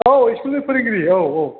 औ स्कुलनि फोरोंगिरि औ औ